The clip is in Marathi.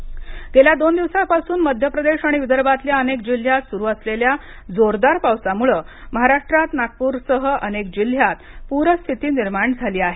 विदर्भ पाऊस गेल्या दोन दिवसापासून मध्य प्रदेश आणि विदर्भातल्या अनेक जिल्ह्यात सुरु असलेल्या जोरदार पावसामुळे महाराष्ट्रात नागपूरसह अनेक जिल्ह्यात पूरस्थिती निर्माण झाली आहे